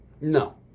No